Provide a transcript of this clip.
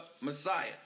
Messiah